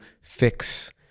fix